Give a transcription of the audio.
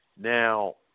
Now